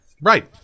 Right